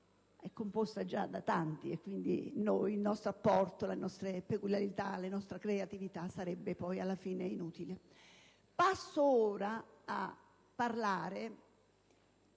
è composta già da tanti di loro, il nostro apporto, le nostre peculiarità, la nostra creatività sarebbero alla fine inutili. Passo ora a parlare